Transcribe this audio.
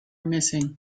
missing